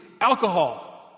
alcohol